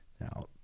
Now